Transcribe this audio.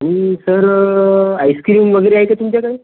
आणि sir ice cream वगैरे आहे का तुमच्याकडे